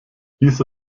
diese